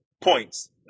points